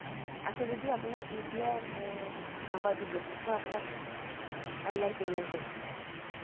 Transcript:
আছে যদি আপোনাৰ ইউপিআই নাম্বাৰটো দিয়ক মই আপোনাক অনলাইন পে'মেণ্ট কৰিম